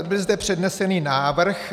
Byl zde přednesen návrh.